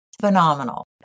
phenomenal